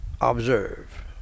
observe